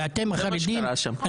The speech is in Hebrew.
ואתם החרדים,